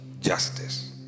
justice